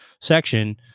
section